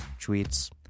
tweets